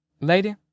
Lady